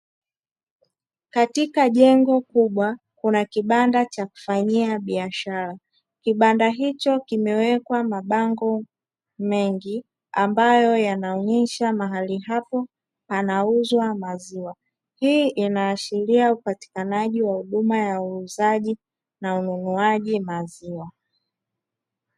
Katika jengo kubwa kuna kibanda cha kufanyia biashara, kibanda hicho kimewekwa mabango mengi ambayo yanaonyesha mahali hapo panauzwa maziwa. Hii inaashiri upatikanaji wa huduma ya uuzaji na ununuaji maziwa.